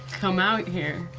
come out here.